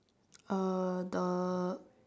uh the